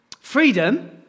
Freedom